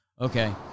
Okay